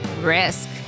risk